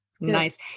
nice